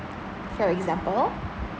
for example